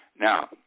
now